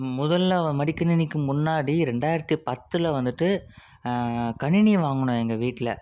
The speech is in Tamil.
முதலில் மடிக்கணினிக்கு முன்னாடி ரெண்டாயிரத்தி பத்தில் வந்துட்டு கணினி வாங்கினோம் எங்கள் வீட்டில்